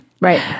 Right